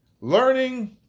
learning